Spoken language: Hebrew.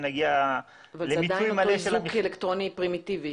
אבל זה עדיין איזוק אלקטרוני פרימיטיבי.